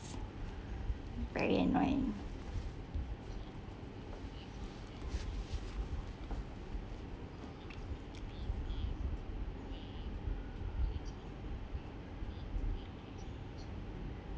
very annoying